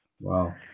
Wow